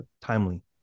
timely